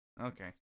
Okay